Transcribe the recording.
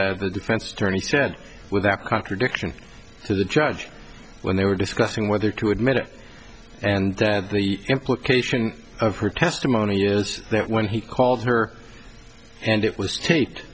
the defense attorney said without contradiction to the charge when they were discussing whether to admit it and the implication of her testimony is that when he called her and it was ta